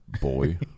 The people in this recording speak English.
boy